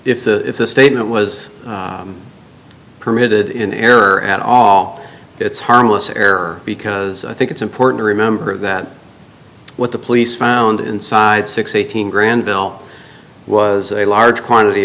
if the if the statement was permitted in error at all it's harmless error because i think it's important to remember that what the police found inside six eighteen granville was a large quantity